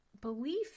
belief